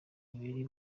ibiri